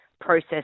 process